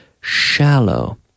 shallow